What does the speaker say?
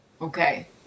Okay